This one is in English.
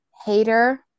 Hater